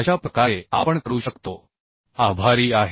अशा प्रकारे आपण करू शकतो आभारी आहे